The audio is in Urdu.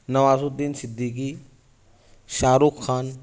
نوازالدین صدیقی شاہ رخ خان